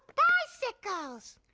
bicycles.